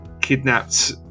kidnapped